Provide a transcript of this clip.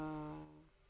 err